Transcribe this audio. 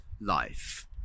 life